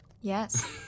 Yes